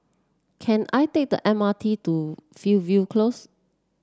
can I take the M R T to Fernvale Close